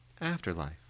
Afterlife